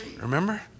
Remember